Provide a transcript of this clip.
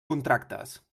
contractes